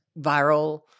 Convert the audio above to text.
viral